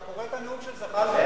אתה קורא את הנאום של זחאלקה.